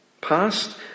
Past